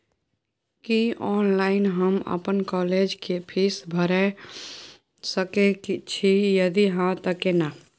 की online हम अपन college के फीस भैर सके छि यदि हाँ त केना?